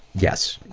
yes,